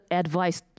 advice